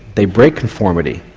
they break conformity.